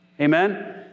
Amen